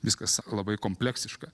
viskas labai kompleksiška